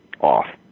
off